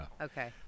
Okay